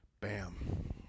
bam